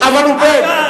אבל הוא בן.